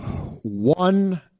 one